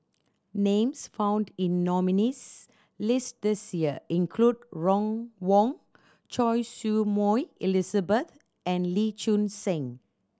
names found in nominees' list this year include Ron Wong Choy Su Moi Elizabeth and Lee Choon Seng